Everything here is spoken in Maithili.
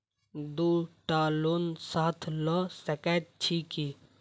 दु टा लोन साथ लऽ सकैत छी की?